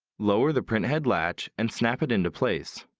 lower the printhead latch and snap it into place.